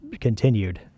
continued